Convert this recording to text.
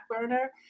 burner